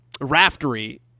Raftery